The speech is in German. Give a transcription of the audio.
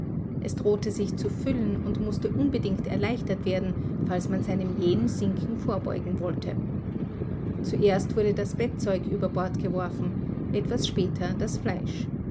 es drohte sich zu füllen und mußte unbedingt erleichtert werden falls man seinem jähen sinken vorbeugen wollte zuerst wurde das bettzeug über bord geworfen etwas später das fleisch